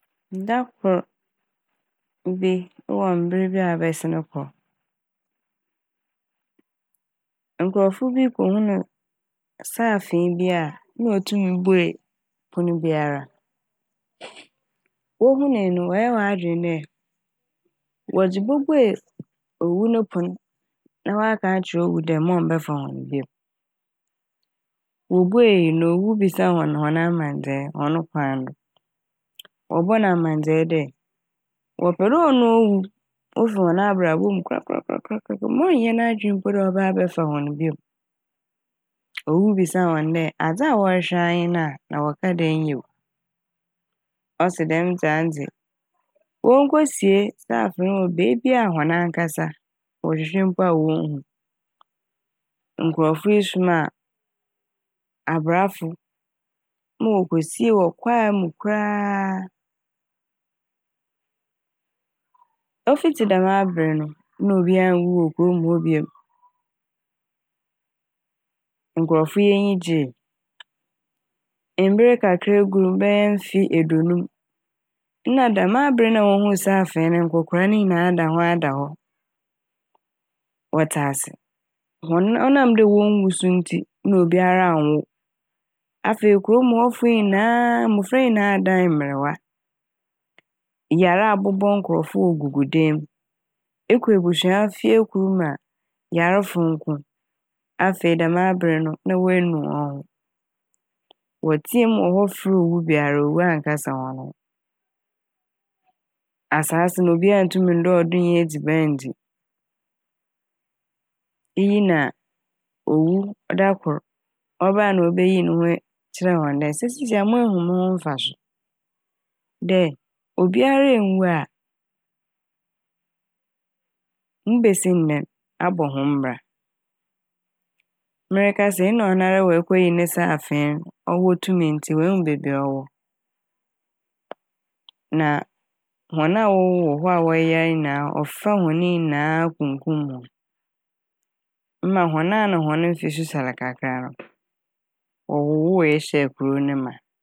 Da kor bi ewɔ mber a abɛsen kɔ nkorɔfo bi kohun saafee bi a na otum buei pon biara. Wohunii no wɔyɛɛ hɔn adwen dɛ wɔdze bobuei owu ne pon ma wɔaka akyerɛ owu dɛ mma ɔmmba mmbɛfa hɔn bio. Wobuei na owu bisaa hɔn amandzɛɛ hɔn no kwan do wɔbɔɔ n'amandzɛɛ dɛ wɔpɛ dɛ ɔno owu ofi hɔn abrabɔ mu korakorakorakoraa. Ma ɔnnyɛ n'adwen mpo dɛ ɔbɛba abɛfa hɔn biom. Owu bisaa hɔn dɛ adze a wɔhwehwɛ a nye no a na wɔka dɛ nyew. Ɔse dɛ dɛm dze ano dze wonkosie saafee no wɔ beebi a hɔn ankasa wɔhwehwɛ mpo a wonnhu. Nkorɔfo yi somaa abrafo ma wokosie wɔ kwae mu koraa a ofitsi dɛm aber no na obia nnwu wɔ kurom hɔ biom nkorɔfo yi enyi gyee. Mber kakra guu m' bɛyɛ mfe eduonum na dɛm aber a wohuu saafee no nkokora ne nyinaa da ho a da hɔ wɔtse ase. Hɔn - ɔnam dɛ wonnwu nso ntsi na obiara annwo afei kurom' hɔ fo nyinaa mofra nyinaa adan mberwa yar abobɔ nkorɔfo wogugu dee m'. Ekɔ ebsua fie kor mu a yarfo nko. Afei dɛm aber no na woenu hɔn ho wɔtsea m' wɔ hɔ frɛɛ owu bi a owu annkasa hɔn ho. Asaase no obia nntum nndɔw do nnya edziban ndzi. Iyi na a owu bae na obeyii no ho e- kyerɛɛ hɔn dɛ nsɛ siisiara hom ehu mo ho mfaso dɛ obiara ennwu a hom besi dɛn abɔ hom bra merekasa yi na ɔnoara oekeyi ne saafee n', ɔwɔ tum ntsi oehu beebi a ɔwɔ na hɔn a wɔwowɔ hɔ a wɔyar nyinaa ɔfaa hɔn nyinaa kumkum hɔn mma hɔn na hɔn mfe susuar kakra no wɔwooe hyɛɛ kurow ne ma.